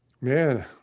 man